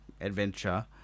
adventure